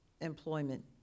employment